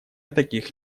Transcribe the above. таких